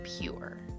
pure